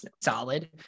solid